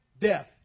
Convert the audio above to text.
death